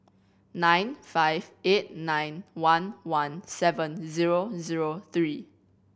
nine five eight nine one one seven zero zero three